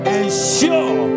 ensure